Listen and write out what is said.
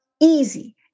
easy